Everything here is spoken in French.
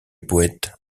poëte